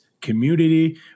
community